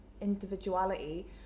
individuality